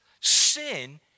sin